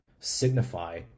signify